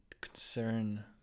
Concern